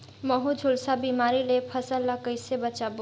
महू, झुलसा बिमारी ले फसल ल कइसे बचाबो?